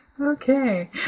Okay